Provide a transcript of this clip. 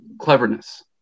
cleverness